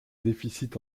déficit